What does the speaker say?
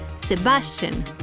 Sebastian